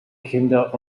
kinder